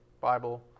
Bible